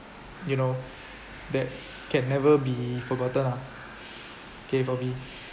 you know that can never be forgotten ah okay for me